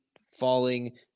falling